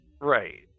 Right